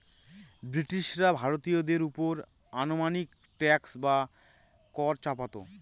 ব্রিটিশরা ভারতীয়দের ওপর অমানবিক ট্যাক্স বা কর চাপাতো